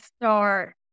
start